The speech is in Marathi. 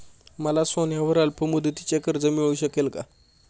मला सोन्यावर अल्पमुदतीचे कर्ज मिळू शकेल का?